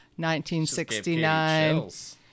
1969